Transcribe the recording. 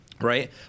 right